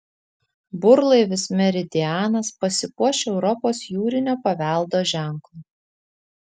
burlaivis meridianas pasipuoš europos jūrinio paveldo ženklu